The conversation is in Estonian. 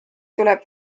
tuleb